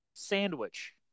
sandwich